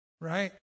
right